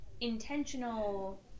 intentional